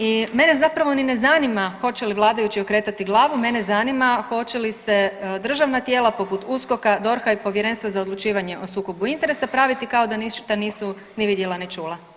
I mene zapravo ni ne zanima hoće li vladajući okretati glavu, mene zanima hoće li se državna tijela poput USKOK-a, DORH-a i Povjerenstva za odlučivanje o sukobu interesa praviti kao da ništa nisu ni vidjela ni čula.